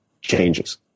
changes